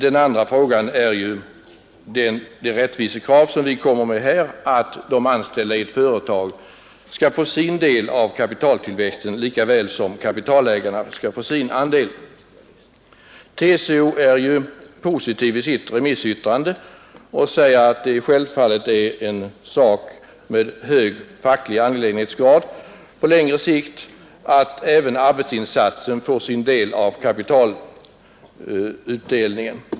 Det andra är det rättvisekrav motionärerna här kommer med, nämligen att de anställda skall få sin del av kapitaltillväxten lika väl som kapitalägarna skall få sin andel. TCO är positiv i sitt remissyttrande och säger att det självfallet i hög grad är en facklig angelägenhet på längre sikt att arbetsoch kapitalinsatserna får rättvis ersättning för sina bidrag i produktionsprocessen.